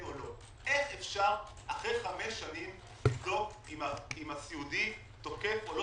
איך אפשר לבדוק אחרי חמש שנים אם הסיעודי תופס או לא